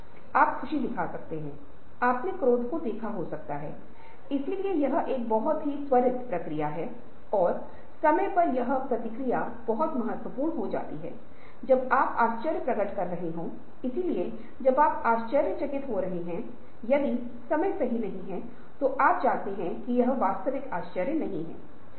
और एक ही समय में वे देखभाल करने वाले प्रभावशाली और प्रेरक हो सकते हैं और उन्हें गो गेटर्स होना चाहिए ताकि परिवर्तन परिवेश की नौकरियां संगठन के कर्मचारियों को समझाने के लिए हों कि हम एक बदलाव के लिए जा रहे हैं ताकि परिवर्तन के लिए और आगे बढ़ने के लिए बल बनेगा और अगली स्थिति यह है कि हमें परिवर्तन प्रभावों पर विचार करना होगा